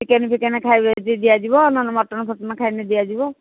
chicken ଫିକେନ୍ ଖାଇବେ ଦିଆଯିବ ଯଦି ମଟନ୍ ଫଟନ୍ ଖାଇବେ ଦିଆଯିବ